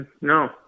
No